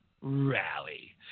rally